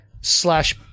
slash